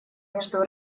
между